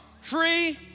free